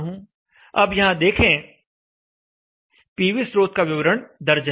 अब देखें यहाँ पीवी स्रोत का विवरण दर्ज है